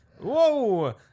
Whoa